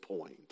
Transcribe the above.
point